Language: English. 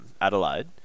Adelaide